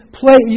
play